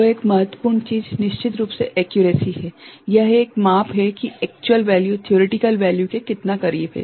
तो एक महत्वपूर्ण चीज निश्चित रूप से एक्यूरेसी हैं यह एक माप है कि एक्चुअल वेल्यू थ्योरेटिकल वेल्यू के कितना करीब है